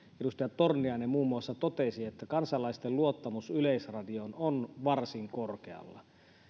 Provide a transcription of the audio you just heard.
edustaja torniainen totesi kansalaisten luottamus yleisradioon on varsin korkealla